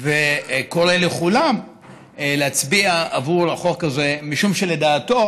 וקורא לכולם להצביע עבור החוק הזה משום שלדעתו